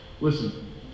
Listen